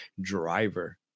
driver